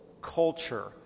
culture